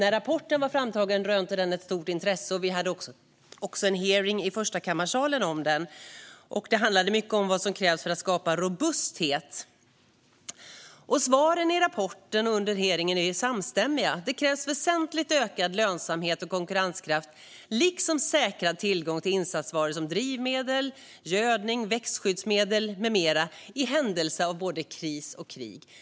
Rapporten har rönt stort intresse, och vi har haft en hearing om den i Förstakammarsalen. Det handlar mycket om vad som krävs för att skapa robusthet, och svaren i rapporten och under hearingen har varit samstämmiga. Det krävs väsentligt ökad lönsamhet och konkurrenskraft liksom säkrad tillgång till insatsvaror som drivmedel, gödning, växtskyddsmedel med mera i händelse av kris och krig.